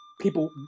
People